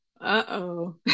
uh-oh